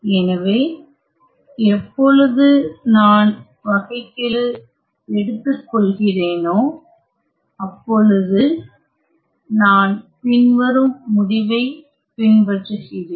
எனவே எப்பொழுது நான் வகைக்கெழு எடுத்துக்கொள்கிறேனோ அப்பொழுது நான் பின்வரும் முடிவைப் பெறுகிறேன்